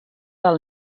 del